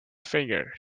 finger